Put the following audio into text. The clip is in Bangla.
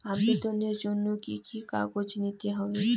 আবেদনের জন্য কি কি কাগজ নিতে হবে?